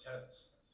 tense